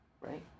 right